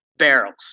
Barrels